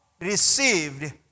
received